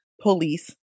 police